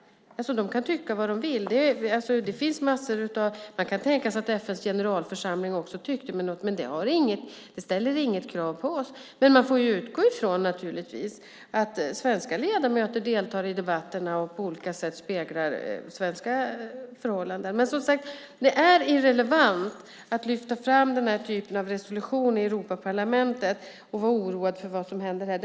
De kan tycka vad de vill. Man kan tänka sig att också FN:s generalförsamling tycker något, men det ställer inget krav på oss. Man får naturligtvis utgå från att svenska ledamöter deltar i debatterna och på olika sätt speglar svenska förhållanden. Men, som sagt, det är irrelevant att lyfta fram den här typen av resolution i Europaparlamentet och vara oroad för vad som händer där.